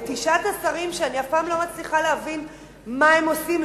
ותשעת השרים שאני אף פעם לא מצליחה להבין מה הם עושים,